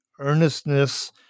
earnestness